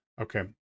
Okay